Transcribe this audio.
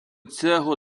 цего